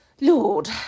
Lord